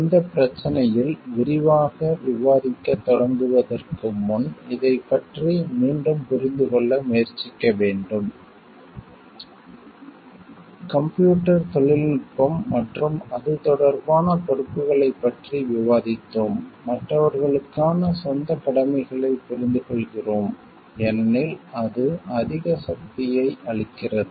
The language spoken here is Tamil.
இந்த பிரச்சினையில் விரிவாக விவாதிக்கத் தொடங்குவதற்கு முன் இதைப் பற்றி மீண்டும் புரிந்து கொள்ள முயற்சிக்க வேண்டும் கம்ப்யூட்டர் தொழில்நுட்பம் மற்றும் அது தொடர்பான பொறுப்புகளைப் பற்றி விவாதித்தோம் மற்றவர்களுக்கான சொந்தக் கடமைகளைப் புரிந்துகொள்கிறோம் ஏனெனில் அது அதிக சக்தியை அளிக்கிறது